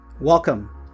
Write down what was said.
Welcome